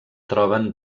troben